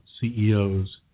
CEOs